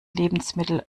lebensmittel